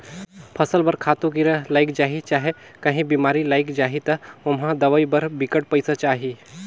फसल बर खातू, कीरा लइग जाही चहे काहीं बेमारी लइग जाही ता ओम्हां दवई बर बिकट पइसा चाही